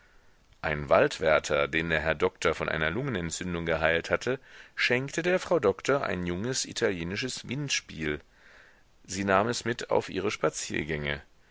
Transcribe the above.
ein waldwärter den der herr doktor von einer lungenentzündung geheilt hatte schenkte der frau doktor ein junges italienisches windspiel sie nahm es mit auf ihre spaziergänge